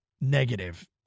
negative